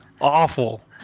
Awful